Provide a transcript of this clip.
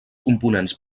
components